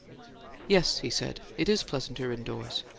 yes, he said. it is pleasanter indoors.